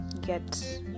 get